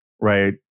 right